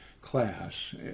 class